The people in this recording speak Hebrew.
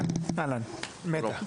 מטא.